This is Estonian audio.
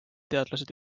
teadlased